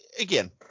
again